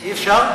אי-אפשר?